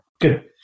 Good